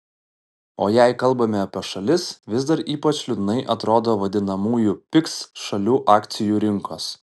o jei kalbame apie šalis vis dar ypač liūdnai atrodo vadinamųjų pigs šalių akcijų rinkos